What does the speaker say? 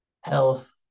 health